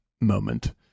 moment